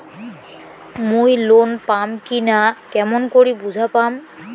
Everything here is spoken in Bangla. মুই লোন পাম কি না কেমন করি বুঝা পাম?